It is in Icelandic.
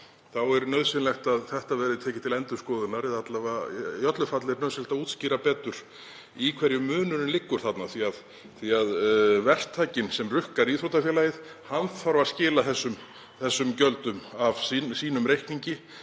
sér er nauðsynlegt að þetta verði tekið til endurskoðunar. Í öllu falli er nauðsynlegt að útskýra betur í hverju munurinn liggur því að verktakinn sem rukkar íþróttafélagið þarf að skila þessum gjöldum af reikningi